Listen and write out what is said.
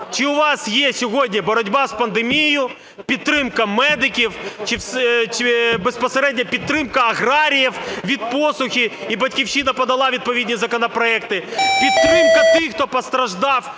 чи у вас є сьогодні боротьба із пандемією, підтримка медиків, безпосередньо підтримка аграріїв від посухи, і "Батьківщина" подала відповідні законопроекти, підтримка тих, хто постраждав